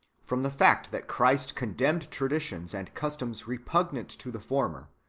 from the fact that christ con demned traditions and customs repugnant to the former,